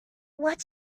what